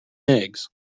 eggs